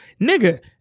Nigga